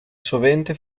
sovente